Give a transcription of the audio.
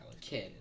kid